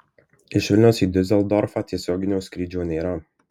iš vilniaus į diuseldorfą tiesioginio skrydžio nėra